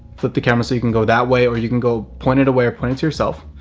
flip the camera so you can go that way. or you can go pointed away or pointed to yourself.